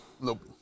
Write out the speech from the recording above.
Nope